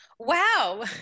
Wow